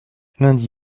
lundi